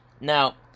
Now